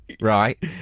right